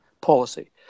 policy